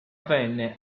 venne